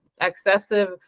excessive